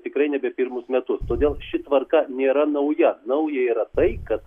tikrai nebe pirmus metus todėl ši tvarka nėra nauja nauja yra tai kad